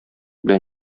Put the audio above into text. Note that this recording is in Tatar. белән